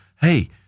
hey